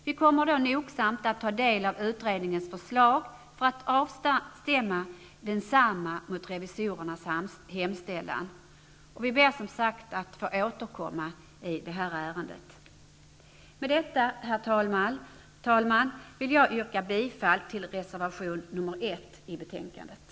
Vi kommer nogsamt att ta del av utredningens förslag för att avstämma detsamma mot revisorernas hemställan. Vi ber som sagt att få återkomma i detta ärende. Med detta, herr talman, vill jag yrka bifall till reservation nr 1 i betänkandet.